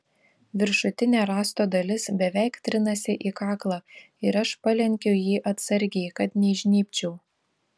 viršutinė rąsto dalis beveik trinasi į kaklą ir aš palenkiu jį atsargiai kad neįžnybčiau